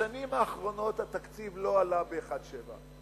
בשנים האחרונות התקציב לא עלה ב-1.7%,